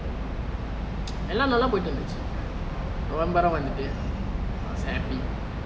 எல்லாம் நல்லா தான் பொயிட்டு இருந்துச்சி:ellaam nalla thaan poyitu irunthuchi november வந்துட்டு:vanthuttu I was happy